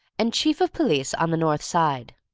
and chief of police on the north side.